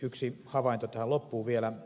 yksi havainto tähän loppuun vielä